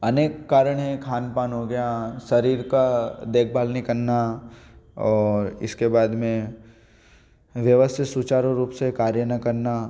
अनेक कारण हैं खान पान हो गया शरीर का देखभाल नहीं करना और इसके बाद में व्यवस्थित सुचारू रूप से कार्य न करना